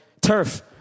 turf